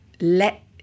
let